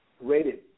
rated